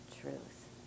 truth